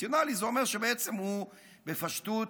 רציונלי זה אומר שבעצם הוא, בפשטות,